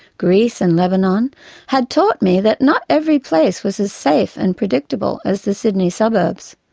greece and lebanon had taught me that not every place was as safe and predictable as the sydney suburbs.